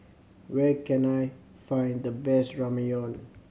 where can I find the best Ramyeon